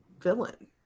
villain